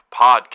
Podcast